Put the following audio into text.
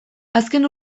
azken